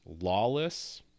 lawless